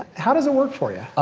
how does it work for you?